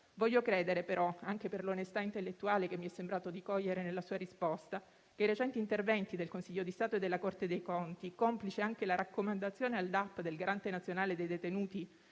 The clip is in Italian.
Voglio credere, però, anche per l'onestà intellettuale che mi è sembrato di cogliere nella sua risposta, che i recenti interventi del Consiglio di Stato e della Corte dei conti - complice anche la raccomandazione al DAP del garante nazionale dei detenuti